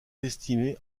estimés